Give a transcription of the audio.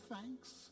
thanks